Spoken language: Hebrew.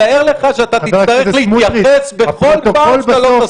תאר לך שתצטרך להתייחס בכל פעם שאתה לא מסכים.